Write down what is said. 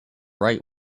right